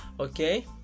okay